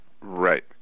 Right